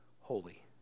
holy